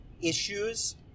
issues